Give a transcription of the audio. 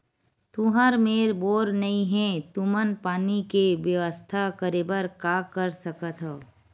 तुहर मेर बोर नइ हे तुमन पानी के बेवस्था करेबर का कर सकथव?